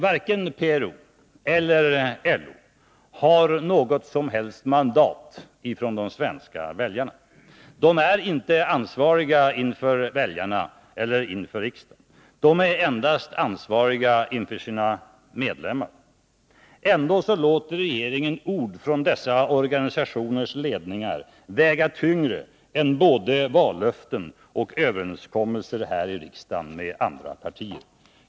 Varken PRO eller LO har något som helst mandat från de svenska väljarna. De är inte ansvariga inför väljarna eller riksdagen. De är ansvariga endast inför sina medlemmar. Ändå låter regeringen ord från dessa organisationers ledningar väga tyngre än både vallöften och överenskommelser här i riksdagen med andra partier.